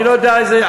אני לא יודע איזה,